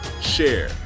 share